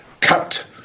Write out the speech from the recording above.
cut